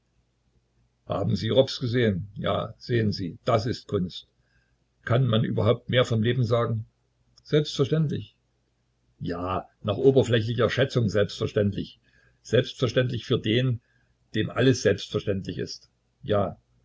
haben sie rops gesehen ja sehen sie das ist kunst kann man überhaupt mehr vom leben sagen selbstverständlich ja nach oberflächlicher schätzung selbstverständlich selbstverständlich für den dem alles selbstverständlich ist ja